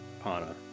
Pana